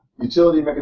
Utility